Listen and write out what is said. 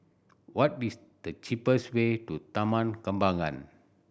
what is the cheapest way to Taman Kembangan